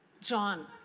John